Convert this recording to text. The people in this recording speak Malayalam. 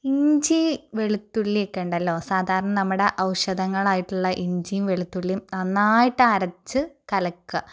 ഇഞ്ചി വെളുത്തുള്ളിയൊക്കെയുണ്ടല്ലോ സാധാരണ നമ്മുടെ ഔഷധങ്ങളായിട്ടുള്ള ഇഞ്ചിയും വെളുത്തുള്ളിയും നന്നായിട്ട് അരച്ചുകലക്കുക